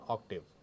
Octave